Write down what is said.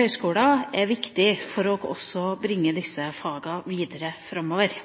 høgskoler, er viktig for å bringe også disse fagene videre framover.